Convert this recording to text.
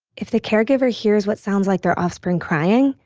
if the caregiver hears what sounds like their offspring crying,